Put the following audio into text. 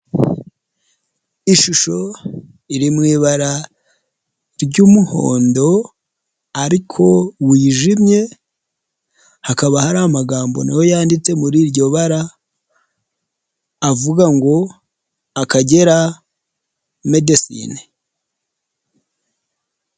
Ishusho iri mu ibara ry'umuhondo ariko wijimye hakaba hari amagambo nayo yanditse muri iryo bara avuga ngo Akagera Medesine.